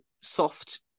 soft